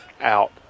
out